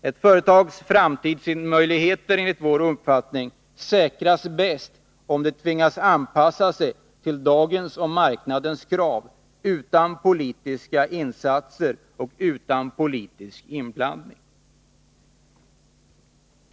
Ett företags framtidsmöjligheter säkras bäst, om det tvingas att anpassa sig till dagens och marknadens krav, utan politiska insatser och utan politisk inblandning.